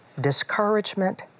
discouragement